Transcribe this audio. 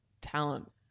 talent